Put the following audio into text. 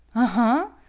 aha,